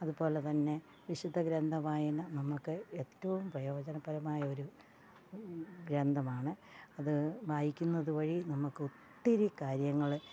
അതുപോലെത്തന്നെ വിശുദ്ധഗ്രന്ഥ വായന നമുക്ക് ഏറ്റവും പ്രയോജനപരമായ ഒരു ഗ്രന്ഥമാണ് അത് വായിക്കുന്നത് വഴി നമുക്ക് ഒത്തിരി കാര്യങ്ങൾ